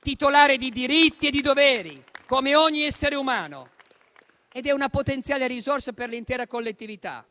titolare di diritti e di doveri, come ogni essere umano, ed è una potenziale risorsa per l'intera collettività.